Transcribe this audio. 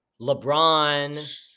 LeBron